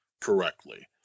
correctly